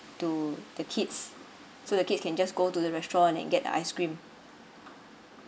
to the kids so the kids can just go to the restaurant and get the ice cream